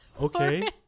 Okay